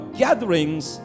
gatherings